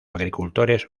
agricultores